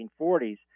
1940s